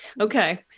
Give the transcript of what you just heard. okay